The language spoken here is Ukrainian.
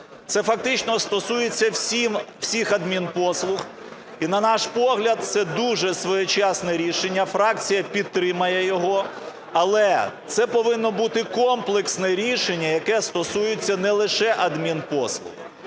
Це фактично стосується всіх адмінпослуг, і, на наш погляд, це дуже своєчасне рішення, фракція підтримає його, але це повинно бути комплексне рішення, яке стосується не лише адмінпослуг.